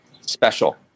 special